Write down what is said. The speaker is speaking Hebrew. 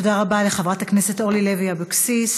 תודה רבה לחברת הכנסת אורלי לוי אבקסיס.